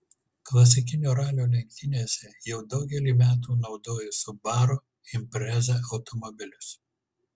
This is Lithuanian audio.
klasikinio ralio lenktynėse jau daugelį metų naudoju subaru impreza automobilius